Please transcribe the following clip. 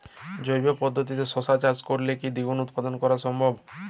জৈব পদ্ধতিতে শশা চাষ করে কি দ্বিগুণ উৎপাদন করা সম্ভব?